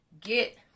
Get